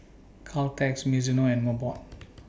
Caltex Mizuno and Mobot